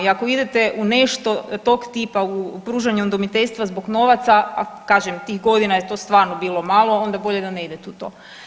I ako idete u nešto tog tipa u pružanje udomiteljstva zbog novaca, a kažem tih godina je to stvarno bilo malo onda bolje da ne idete u to.